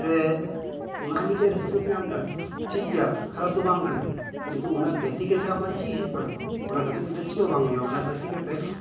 ᱥᱮ ᱚᱱᱟ ᱦᱚᱸ ᱢᱤᱫ ᱴᱮᱱ ᱨᱟᱹᱥᱠᱟᱹᱢ ᱧᱟᱢ ᱮᱫᱟ ᱴᱷᱤᱠ ᱜᱮᱭᱟ ᱠᱷᱟᱨᱟᱯ ᱫᱚ ᱵᱟᱝ ᱠᱟᱱᱟ ᱠᱤᱱᱛᱩ ᱚᱱᱟ ᱜᱟᱛᱮ ᱠᱟᱛᱮᱫ ᱟᱢᱟᱜ ᱪᱮᱫ ᱦᱳᱭᱳᱜ ᱠᱟᱱᱟ ᱚᱱᱟ ᱜᱮᱛᱮ ᱠᱟᱛᱮᱫ ᱫᱚ ᱪᱮᱫ ᱦᱚᱸ ᱵᱟᱝ ᱦᱳᱭᱳᱜᱼᱟ ᱚᱱᱟ ᱜᱟᱛᱮ ᱠᱟᱛᱮᱫ